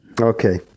Okay